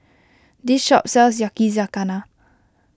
this shop sells Yakizakana